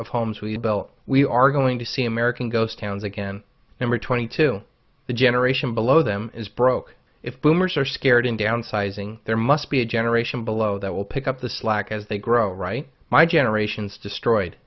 of homes we belt we are going to see american ghost towns again number twenty two the generation below them is broke if boomers are scared in downsizing there must be a generation below that will pick up the slack as they grow right my generation's destroyed